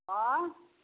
आँय